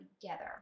together